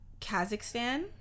Kazakhstan